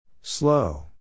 Slow